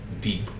Deep